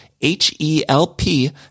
H-E-L-P